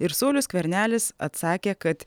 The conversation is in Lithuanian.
ir saulius skvernelis atsakė kad